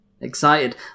excited